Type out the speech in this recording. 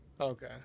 Okay